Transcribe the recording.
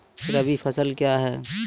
रबी फसल क्या हैं?